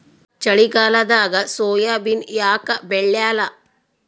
ಚಳಿಗಾಲದಾಗ ಸೋಯಾಬಿನ ಯಾಕ ಬೆಳ್ಯಾಲ?